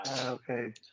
Okay